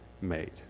made